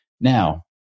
Now